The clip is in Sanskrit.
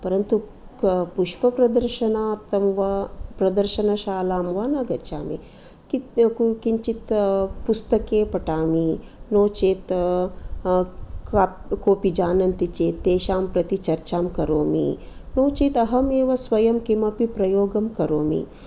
परन्तु क पुष्पप्रदर्शनार्थं वा प्रदर्शनशालां वा न गच्छामि कि कु किञ्चित् पुस्तके पठामि नो चेत् कोऽपि जानन्ति चेत् तेषां प्रति चर्चां करोमि नो चेत् अहमेव स्वयं किमपि प्रयोगं करोमि